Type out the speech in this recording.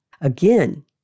Again